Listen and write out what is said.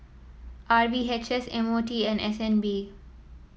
R V H S M O T and S N B